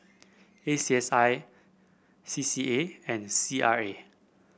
A C S I C C A and C R A